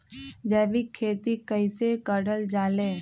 जैविक खेती कई से करल जाले?